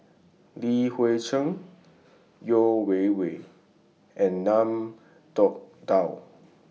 Li Hui Cheng Yeo Wei Wei and Ngiam Tong Dow